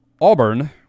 Auburn